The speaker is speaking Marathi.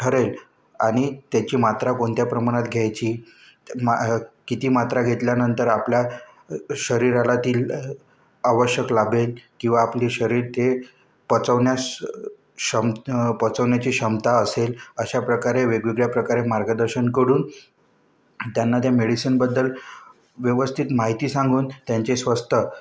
ठरेल आणि त्याची मात्रा कोणत्या प्रमाणात घ्यायची किती मात्रा घेतल्यानंतर आपल्या शरीराला ती आवश्यक लाभेल किंवा आपली शरीर ते पचवण्यास शम पचवण्याची क्षमता असेल अशा प्रकारे वेगवेगळ्या प्रकारे मार्गदर्शन करून त्यांना त्या मेडिसिनबद्दल व्यवस्थित माहिती सांगून त्यांचे स्वस्थ